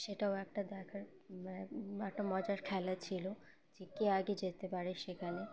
সেটাও একটা দেখার একটা মজার খেলা ছিল যে কে আগে যেতে পারে সেখানে